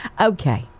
Okay